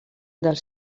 dels